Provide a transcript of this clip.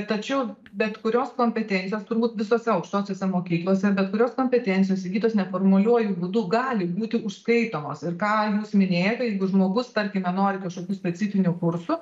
tačiau bet kurios kompetencijos turbūt visose aukštosiose mokyklose bet kurios kompetencijos įgytos neformaliuoju būdu gali būti užskaitomos ir ką jūs minėjote jeigu žmogus tarkime nori kažkokių specifinių kursų